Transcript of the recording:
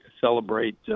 celebrate